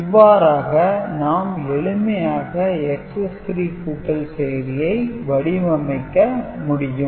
இவ்வாறாக நாம் எளிமையாக XS - 3 கூட்டல் செயலியை வடிவமைக்க முடியும்